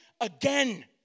again